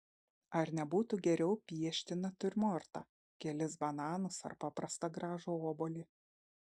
ar nebūtų geriau piešti natiurmortą kelis bananus arba paprastą gražų obuolį